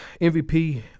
MVP